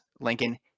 lincoln